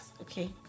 okay